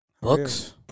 Books